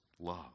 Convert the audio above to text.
love